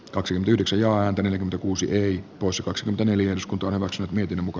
kaksi yksi jaatinen kuusi veikko saksan eli uskonto ovat nyt miten muka